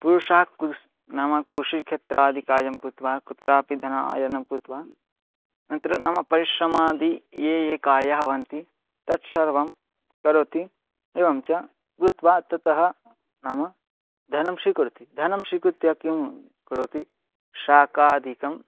पुरुषाः कुस् नाम कृषिक्षेत्रादिकार्यं कृत्वा कुत्रापि धन अर्जनं कृत्वा अत्र नाम परिश्रमादि ये ये कार्याणि भवन्ति तत् सर्वं करोति एवं च कृत्वा ततः नाम धनं स्वीकरोति धनं स्वीकृत्य किं करोति शाकादिकं